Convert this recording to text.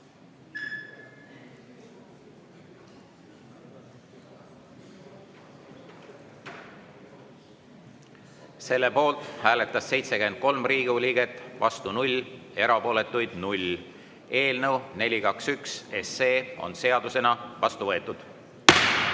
Selle poolt hääletas 73 Riigikogu liiget, vastu oli 0, erapooletuid 0. Eelnõu 421 on seadusena vastu võetud.